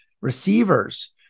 Receivers